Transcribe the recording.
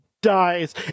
dies